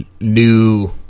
new